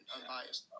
unbiased